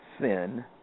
sin